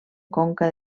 conca